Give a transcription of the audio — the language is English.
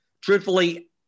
truthfully